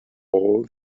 all